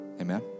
Amen